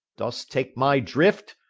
dost take my drift,